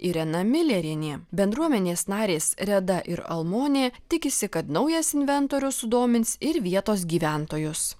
irena milerienė bendruomenės narės reda ir almonė tikisi kad naujas inventorius sudomins ir vietos gyventojus